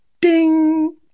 ding